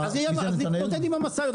אז נתמודד עם המשאיות.